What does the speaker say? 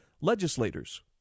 legislators